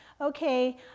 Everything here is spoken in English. okay